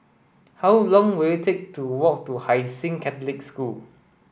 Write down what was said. how long will it take to walk to Hai Sing Catholic School